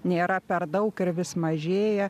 nėra per daug ir vis mažėja